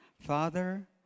Father